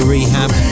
Rehab